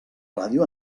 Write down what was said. ràdio